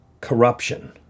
corruption